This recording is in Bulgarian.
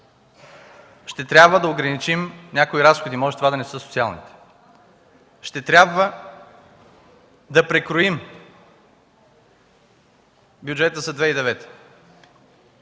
„Ще трябва да ограничим някои разходи, може това да не са социалните. Ще трябва да прекроим бюджета за 2009